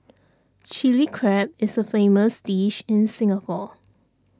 Chilli Crab is a famous dish in Singapore